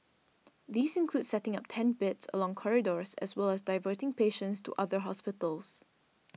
these include setting up tent beds along corridors as well as diverting patients to other hospitals